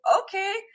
Okay